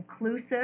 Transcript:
inclusive